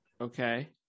Okay